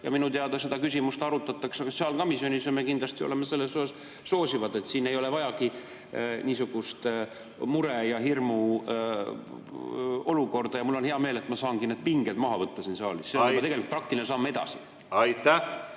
Minu teada seda küsimust arutatakse sotsiaalkomisjonis ja me kindlasti oleme selles mõttes soosivad. Siin ei ole vajagi niisugust mure ja hirmu olukorda. Ja mul on hea meel, et ma saangi need pinged maha võtta siin saalis. See on tegelikult praktiline samm edasi. Kas